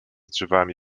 drzewami